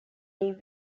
new